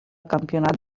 campionat